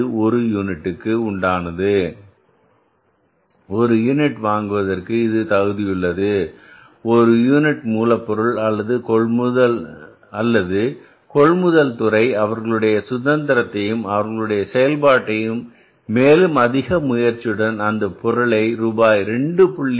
5 ஒரு யூனிட்டுக்கு உண்டானது ஒரு யூனிட் வாங்குவதற்கு இது தகுதியுள்ளது ஒரு யூனிட் மூலப்பொருள் அல்லது கொள்முதல் துறை அவர்களுடைய சுதந்திரத்தையும் அவர்களுடைய செயல்பாட்டையும் மேலும் அதிக முயற்சியுடன் அந்தப் பொருளை ரூபாய் 2